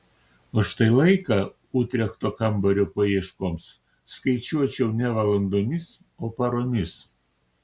o štai laiką utrechto kambario paieškoms skaičiuočiau ne valandomis o paromis